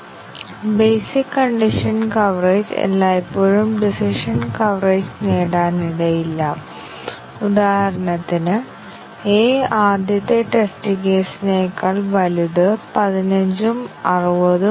ഞങ്ങൾ സമഗ്രമായ black box testing നടത്തിയിട്ടുണ്ടെന്ന് കരുതുക ഞങ്ങൾ വൈറ്റ് ബോക്സ് ടെസ്റ്റിംഗ് ഒഴിവാക്കുമെന്ന് പറയാമോ അല്ലെങ്കിൽ ഞങ്ങൾ സമഗ്രമായ വൈറ്റ് ബോക്സ് ടെസ്റ്റിംഗ് നടത്തിയിട്ടുണ്ടെങ്കിൽ ബ്ലാക്ക് ബോക്സ് ടെസ്റ്റിംഗ് ഒഴിവാക്കാമെന്ന് നമുക്ക് പറയാനാകുമോ